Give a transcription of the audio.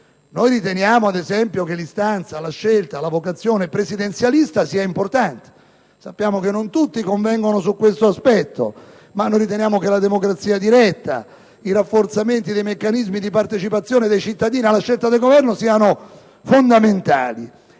Riteniamo, ad esempio, che l'istanza, la scelta, la vocazione presidenzialista sia importante. Sappiamo che non tutti convengono su questo aspetto, ma riteniamo che la democrazia diretta e il rafforzamento dei meccanismi di partecipazione dei cittadini alla scelta del Governo siano fondamentali.